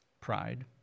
Pride